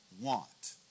want